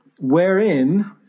wherein